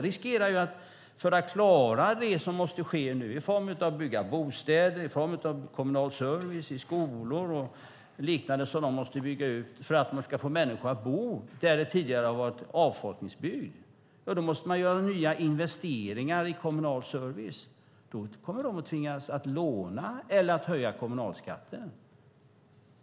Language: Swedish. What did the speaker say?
För att klara det som nu måste ske i form av att bygga bostäder, kommunal service, skolor och liknande som de behöver bygga ut för att de ska få människor att bo där det tidigare har varit avfolkningsbygd måste man göra nya investeringar i kommunal service. De kommer att tvingas att låna eller att höja kommunalskatten.